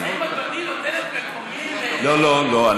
האם אדוני נותן את מקומי, לא, לא, לא.